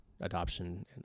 adoption